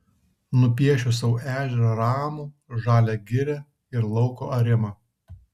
nupiešiu sau ežerą ramų žalią girią ir lauko arimą